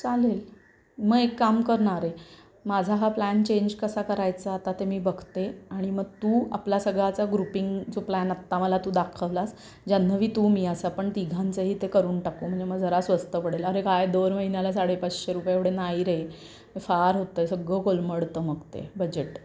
चालेल मग एक काम कर ना रे माझा हा प्लॅन चेंज कसा करायचा आता ते मी बघते आणि म तू आपला सगळाचा ग्रुपिंग जो प्लॅन आत्ता मला तू दाखवलास जान्हवी तू मी असा पण तिघांचा पण करून टाकू म्हणजे मग जरा स्वस्त पडेल अरे काय दोन महिन्याला साडेपाचशे रुपये एवढे नाही रे फार होतं आहे सगळं कोलमडतं मग ते बजेट